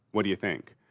what do you think?